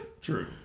True